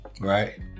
right